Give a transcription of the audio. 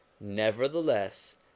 nevertheless